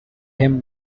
him